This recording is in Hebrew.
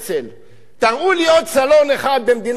תראו לי עוד סלון אחד במדינת ישראל שאני